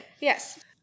Yes